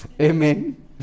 amen